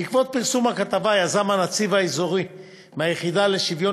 בעקבות פרסום הכתבה יזם הנציב האזורי מהיחידה לשוויון